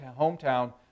hometown